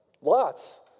Lots